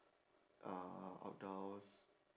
uh outdoors